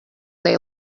they